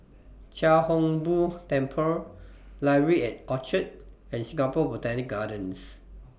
Chia Hung Boo Temple Library At Orchard and Singapore Botanic Gardens